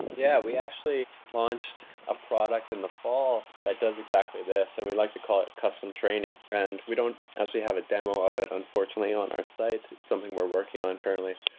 yeah, we actually launched a product in the fall that does exactly this, and we'd like to call it custom training. and we don't actually have a demo of it unfortunately on our site. it's something we are working on currently.